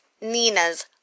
Nina's